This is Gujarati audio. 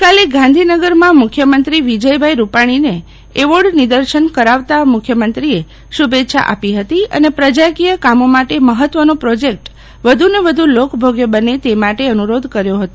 ગઈકાલે ગાંધીનગરમાં મુખ્યમંત્રી વિજયભાઇ રૂપાણીને એવોર્ડ નિદર્શન કરાવતા મુખ્યમંત્રીએ શુભેચ્છા આપી હતી અને પ્રજાકીય કામો માટે મહત્વનો પ્રોજેક્ટ વ્ધને વ્ધ લોકભોગ્ય બને તે માટે અનુરોધ કર્યો હતો